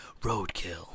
Roadkill